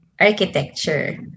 Architecture